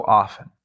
often